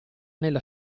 nella